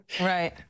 Right